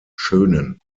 schönen